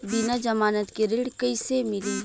बिना जमानत के ऋण कईसे मिली?